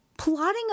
plotting